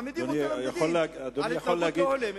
מעמידים אותם לדין על התנהגות לא הולמת.